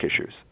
issues